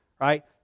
right